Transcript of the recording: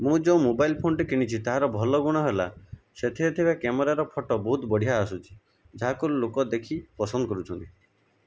ମୁଁ ଯେଉଁ ମୋବାଇଲ ଫୋନଟେ କିଣିଛି ତାର ଭଲ ଗୁଣ ହେଲା ସେଥିରେ ଥିବା କ୍ୟାମେରାର ଫଟୋ ବହୁତ ବଢ଼ିଆ ଆସୁଛି ଯାହାକୁ ଲୋକ ଦେଖି ପସନ୍ଦ କରୁଛନ୍ତି